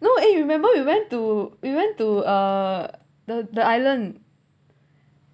no eh you remember we went to we went to uh the the island